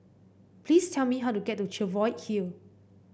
please tell me how to get to Cheviot Hill